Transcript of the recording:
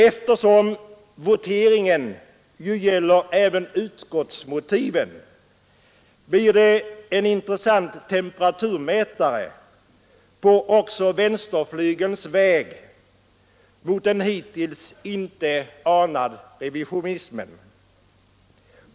Eftersom voteringen nu gäller även utskottets motiv blir den en intressant temperaturmätare också på vänsterflygelns väg mot en hittills inte anad revisionism.